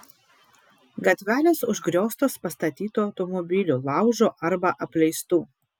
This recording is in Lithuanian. gatvelės užgrioztos pastatytų automobilių laužo arba apleistų